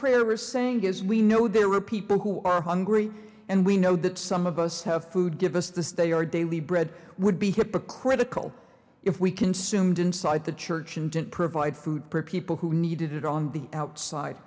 prayer is saying is we know there are people who are hungry and we know that some of us have food give us the stay our daily bread would be hypocritical if we consumed inside the church and didn't provide food per people who needed it on the outside